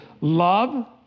love